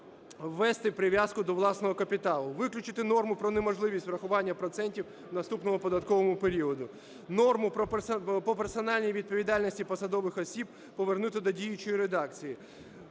ввести прив'язку для власного капіталу. Виключити норму про неможливість врахування процентів в наступному податковому періоді. Норму по персональній відповідальності посадових осіб повернути до діючої редакції.